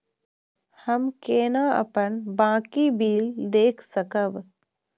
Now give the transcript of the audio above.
हम केना अपन बाँकी बिल देख सकब?